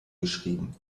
geschrieben